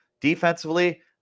Defensively